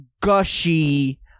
gushy